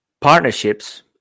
Partnerships